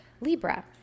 Libra